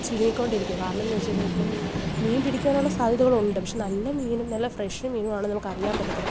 ചുരുങ്ങിക്കൊണ്ടിരിക്കുവാ കാരണമെന്നു വെച്ചുകഴിഞ്ഞാൽ ഇപ്പം മീന് പിടിക്കാനുള്ള സാദ്ധ്യതകളുണ്ട് പക്ഷെ നല്ല മീനും നല്ല ഫ്രഷ് മീനും ആണെന്നു നമുക്ക് അറിയാന് പറ്റത്തില്ല